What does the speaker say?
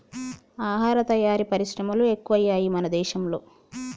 ఆహార తయారీ పరిశ్రమలు ఎక్కువయ్యాయి మన దేశం లో